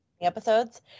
Episodes